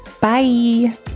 Bye